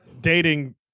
dating